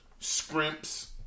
scrimps